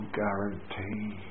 guarantee